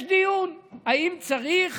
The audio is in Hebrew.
יש דיון אם צריך